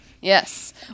Yes